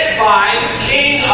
five key